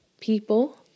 people